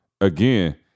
again